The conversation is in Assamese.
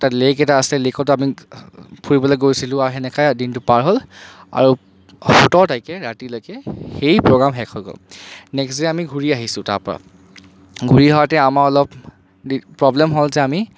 তাত লেক এটা আছে লেকতো আমি ফুৰিবলৈ গৈছিলোঁ আৰু তেনেকৈ দিনটো পাৰ হ'ল আৰু সোতৰ তাৰিখে ৰাতিলৈকে সেই প্ৰগ্ৰাম শেষ হৈ গ'ল নেক্সট ডে আমি ঘূৰি আহিছো তাৰপৰা ঘূৰি আহোতে আমাৰ অলপ দি প্ৰব্লেম হ'ল যে আমি